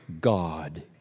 God